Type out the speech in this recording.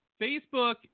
Facebook